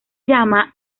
llama